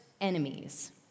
enemies